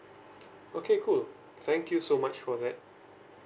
okay cool thank you so much for that